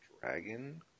Dragon